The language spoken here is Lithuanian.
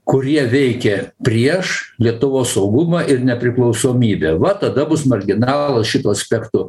kurie veikė prieš lietuvos saugumą ir nepriklausomybę va tada bus marginalas šituo aspektu